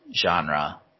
Genre